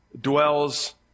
dwells